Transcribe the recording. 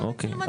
אוקיי.